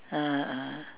(uh huh) (uh huh)